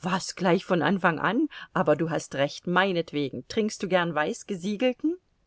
was gleich von anfang an aber du hast recht meinetwegen trinkst du gern